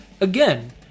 Again